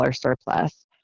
surplus